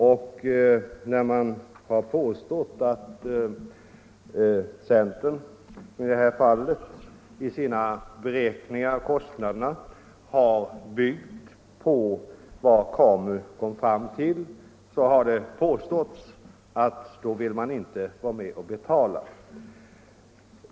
Och man har påstått att när centern i det här fallet i sina beräkningar av kostnaderna har byggt på vad KAMU kom fram till, så vill vi inte vara med och betala.